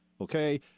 okay